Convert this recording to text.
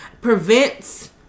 prevents